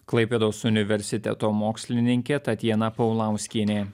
klaipėdos universiteto mokslininkė tatjana paulauskienė